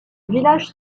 village